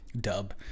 dub